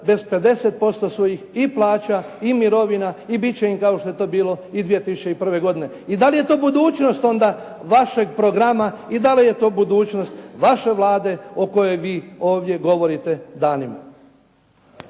bez 50% svojih i plaća i mirovina, i bit će im kao što je to bilo 2001. godine. I da li je to budućnost onda vašeg programa i da li je to budućnost vaše Vlade o kojoj vi ovdje govorite danima?